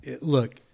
Look